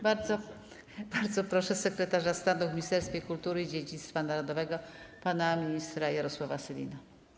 Bardzo proszę sekretarza stanu w Ministerstwie Kultury i Dziedzictwa Narodowego pana ministra Jarosława Sellina.